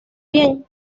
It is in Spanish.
bien